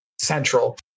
Central